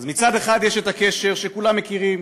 אז מצד אחד יש הקשר שכולם מכירים: